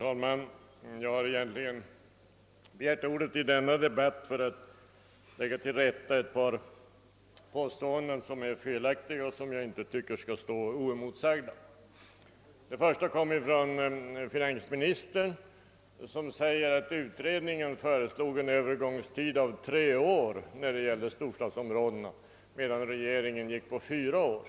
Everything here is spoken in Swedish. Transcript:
Herr talman! Jag har begärt ordet i denna debatt för att lägga till rätta ett par felaktiga påståenden, som jag inte tycker skall få stå oemotsagda. Det första gjordes av finansministern, som sade att utredningen föreslog en övergångstid av tre år för storstads områdena medan regeringen ville ha en fyraårig övergångstid.